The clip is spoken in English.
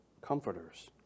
Comforters